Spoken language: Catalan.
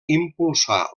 impulsar